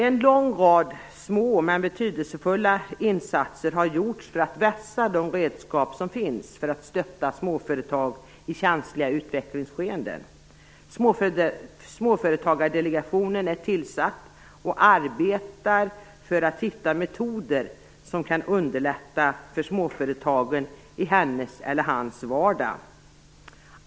En lång rad små men betydelsefulla insatser har gjorts för att vässa de redskap som finns för att stötta småföretag i känsliga utvecklingsskeenden. Småföretagardelegationen är tillsatt och arbetar för att hitta metoder som kan underlätta för småföretagaren i hennes eller hans vardag.